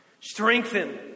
Strengthen